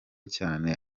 cyane